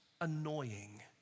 Annoying